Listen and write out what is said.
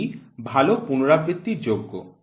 এটি ভাল পুনরাবৃত্তি যোগ্য